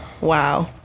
wow